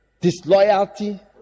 disloyalty